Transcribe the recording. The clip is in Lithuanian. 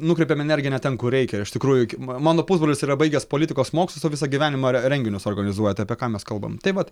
nukreipiam energiją ne ten kur reikia iš tikrųjų k mano pusbrolis yra baigęs politikos mokslus o visą gyvenimą re renginius organizuoja tai apie ką mes kalbam tai vat